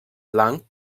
blanc